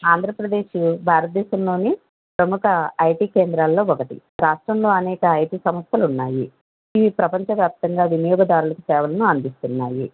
ఆంధ్రప్రదేశ్ భారతదేశంలోనే ప్రముఖ ఐటీ కేంద్రాల్లో ఒకటి రాష్ట్రంలో అనేక ఐటీ సంస్థలు ఉన్నాయి ఇవి ప్రపంచ వ్యాప్తంగా వినియోగదారులకు సేవలను అందిస్తున్నాయి